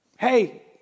Hey